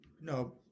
No